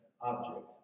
object